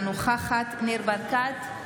אינה נוכחת ניר ברקת,